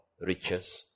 riches